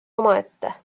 omaette